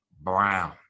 Brown